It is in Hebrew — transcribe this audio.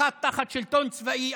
אחת תחת שלטון צבאי,